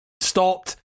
stopped